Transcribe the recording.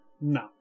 No